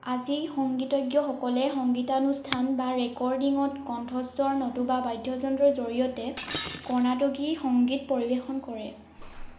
আজি সংগীতজ্ঞসকলে সংগীতানুষ্ঠান বা ৰেকৰ্ডিঙত কণ্ঠস্বৰ নতুবা বাদ্যযন্ত্ৰৰ জৰিয়তে কৰ্ণাটকী সংগীত পৰিৱেশন কৰে